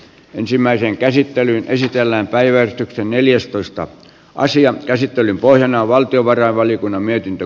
ensimmäisen käsittelyn esitellään päivätty neljästoista asian käsittelyn pohjana on valtiovarainvaliokunnan mietintö